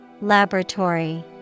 Laboratory